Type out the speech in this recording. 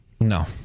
No